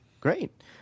great